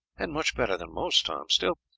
and much better than most, tom still,